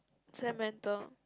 Samantha